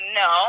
no